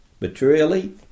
materially